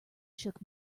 shook